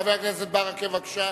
חבר הכנסת ברכה, בבקשה.